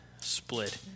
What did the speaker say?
split